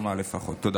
תודה.